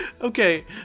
Okay